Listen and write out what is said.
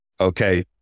Okay